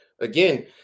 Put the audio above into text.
Again